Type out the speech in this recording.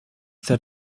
that